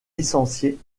licenciée